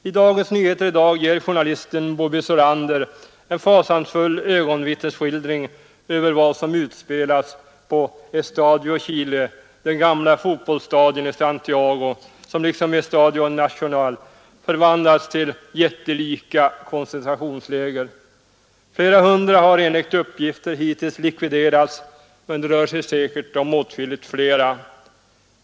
I Dagens Nyheter i dag ger journalisten Bobi Sourander en fasansfull ögonvittnesskildring av vad som utspelas på Estadio Chile, den gamla fotbollsstadion i Santiago som liksom Estadio Nacional förvandlats till ett jättelikt koncentrationsläger. Flera hundra människor har enligt uppgifter hittills likviderats, men det rör sig säkert om åtskilligt flera.